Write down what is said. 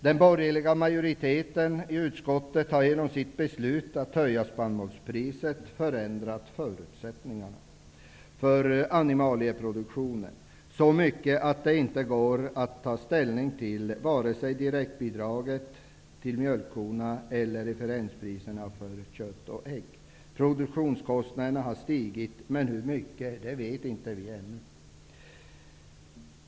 Den borgerliga majoriteten i utskottet har genom sitt beslut att höja spannmålspriset förändrat förutsättningarna för animalieproduktionen så mycket att det inte går att ta ställning till vare sig direktbidraget till mjölkkorna eller referenspriserna för kött och ägg. Produktionskostnaderna har stigit, men hur mycket vet vi inte ännu.